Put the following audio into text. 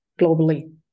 globally